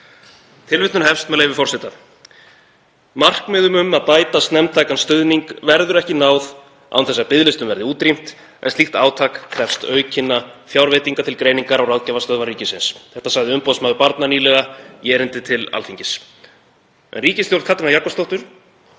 Tilvitnun hefst, með leyfi forseta: „Markmiðum um að bæta snemmtækan stuðning verður ekki náð án þess að biðlistum verði útrýmt en slíkt átak krefst aukinna fjárveitinga til Greiningar- og ráðgjafarstöðvar ríkisins.“ Þetta sagði umboðsmaður barna nýlega í erindi til Alþingis en ríkisstjórn Katrínar Jakobsdóttur